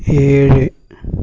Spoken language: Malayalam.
ഏഴ്